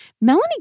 Melanie